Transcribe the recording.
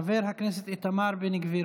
חבר הכנסת איתמר בן גביר,